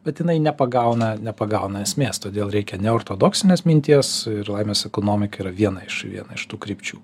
bet jinai nepagauna nepagauna esmės todėl reikia neortodoksinės minties ir laimės ekonomika yra viena iš viena iš tų krypčių